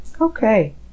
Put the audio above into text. Okay